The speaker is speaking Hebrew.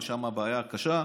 אבל שם הבעיה הקשה,